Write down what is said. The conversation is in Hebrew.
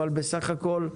אבל בסך הכול,